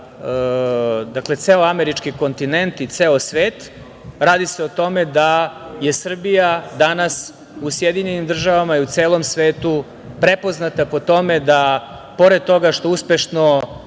ceo američki kontinent i ceo svet, a radi se o tome da je Srbija danas u SAD i u celom svetu prepoznata po tome da, pored toga što uspešno